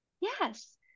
Yes